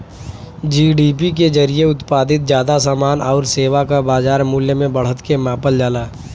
GDP के जरिये उत्पादित जादा समान आउर सेवा क बाजार मूल्य में बढ़त के मापल जाला